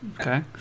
Okay